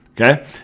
Okay